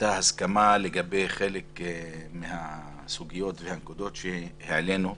הייתה הסכמה לגבי חלק מהנקודות שהעלינו,